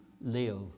live